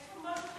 ההצעה שלא לכלול את